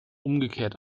umgekehrt